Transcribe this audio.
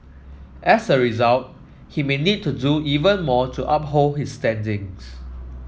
as a result he may need to do even more to uphold his standings